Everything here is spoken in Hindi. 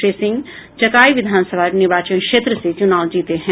श्री सिंह चकाई विधानसभा निर्वाचन क्षेत्र से चुनाव जीते हैं